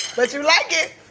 but you like it!